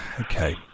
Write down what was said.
Okay